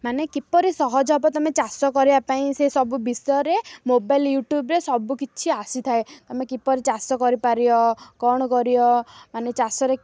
ମାନେ କିପରି ସହଜ ହବ ତମେ ଚାଷ କରିବା ପାଇଁ ସେ ସବୁ ବିଷୟରେ ମୋବାଇଲ୍ ୟୁଟ୍ୟୁବ୍ରେରେ ସବୁ କିଛି ଆସିଥାଏ ତମେ କିପରି ଚାଷ କରିପାରିବ କ'ଣ କରିବ ମାନେ ଚାଷରେ